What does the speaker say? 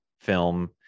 film